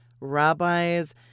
rabbis